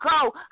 go